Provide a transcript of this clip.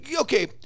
Okay